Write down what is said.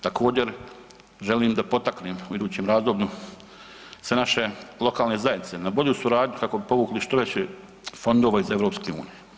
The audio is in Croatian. Također želim da potaknem u idućem razdoblju sve naše lokalne zajednice na bolju suradnju kako bi povukli što veće fondova iz EU.